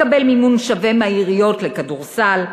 לקבל מימון שווה מהעיריות לכדורסל,